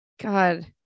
god